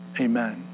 Amen